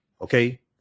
Okay